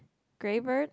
grey bird